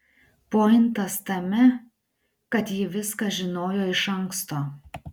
pointas tame kad ji viską žinojo iš anksto